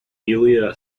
ilya